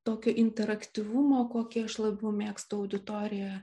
tokio interaktyvumo kokį aš labiau mėgstu auditorijoje